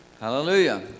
hallelujah